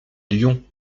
lion